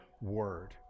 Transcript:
word